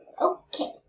Okay